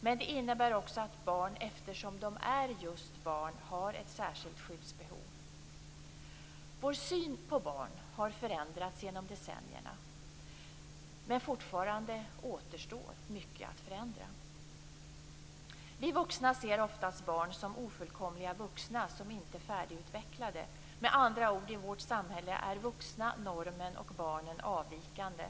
Men det innebär också att barn, eftersom de är just barn, har ett särskilt skyddsbehov. Vår syn på barn har förändrats genom decennierna, men fortfarande återstår mycket att förändra. Vi vuxna ser oftast barn som ofullkomliga vuxna som inte är färdigutvecklade, med andra ord - i vårt samhälle är vuxna normen och barnen avvikande.